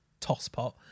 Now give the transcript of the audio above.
tosspot